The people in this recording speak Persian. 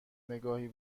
نگاهی